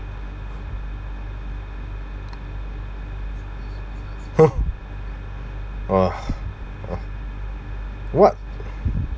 !huh! oh oh what